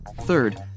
Third